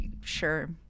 sure